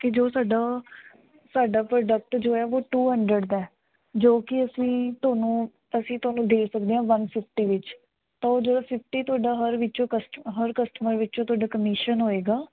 ਕਿ ਜੋ ਸਾਡਾ ਸਾਡਾ ਪ੍ਰੋਡਕਟ ਜੋ ਹੈ ਉਹ ਟੂ ਹੰਡਰਡ ਦਾ ਜੋ ਕਿ ਅਸੀਂ ਤੁਹਾਨੂੰ ਅਸੀਂ ਤੁਹਾਨੂੰ ਦੇ ਸਕਦੇ ਹਾਂ ਵਨ ਫਿਫਟੀ ਵਿੱਚ ਤਾਂ ਉਹ ਜਦੋਂ ਫਿਫਟੀ ਤੁਹਾਡਾ ਹਰ ਵਿੱਚੋਂ ਕਸਟ ਹਰ ਕਸਟਮਰ ਵਿੱਚੋਂ ਤੁਹਾਡਾ ਕਮੀਸ਼ਨ ਹੋਏਗਾ